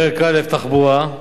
פרק א' תחבורה.